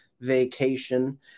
vacation